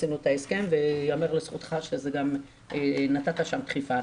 עשינו את ההסכם וייאמר לזכותך שנתת שם דחיפה.